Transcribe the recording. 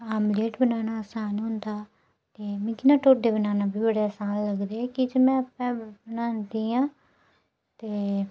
omelette बनाना असान होंदा ते मिगी ना ढोड्डे बनाना बी बड़े असान लगदे की जे में अपने आस्तै बनांदी आं ते